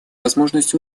возможность